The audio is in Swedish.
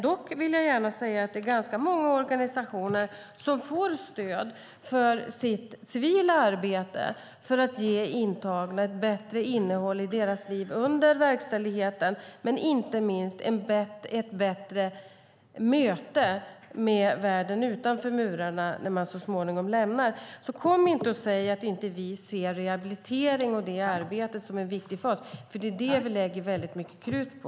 Dock vill jag gärna säga att det är ganska många organisationer som får stöd för sitt civila arbete för att ge intagna ett bättre innehåll i livet under verkställigheten men inte minst ett bättre möte med världen utanför murarna när de så småningom lämnar. Kom inte och säg att vi inte ser rehabilitering och det arbete som är viktigt, för det är det vi lägger mycket krut på!